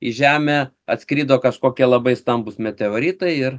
į žemę atskrido kažkokie labai stambūs meteoritai ir